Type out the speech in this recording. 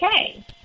Okay